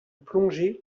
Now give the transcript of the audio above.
plongée